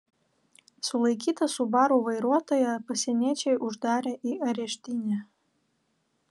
sulaikytą subaru vairuotoją pasieniečiai uždarė į areštinę